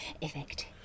effect